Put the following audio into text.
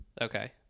Okay